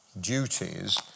duties